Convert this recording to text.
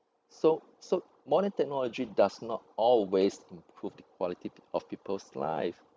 so so modern technology does not always improve the quality p~ of people's life